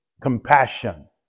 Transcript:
compassion